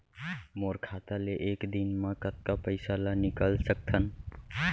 मोर खाता ले एक दिन म कतका पइसा ल निकल सकथन?